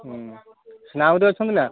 ହୁଁ ନା ଆହୁରି ଅଛନ୍ତି ନା